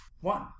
One